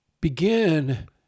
begin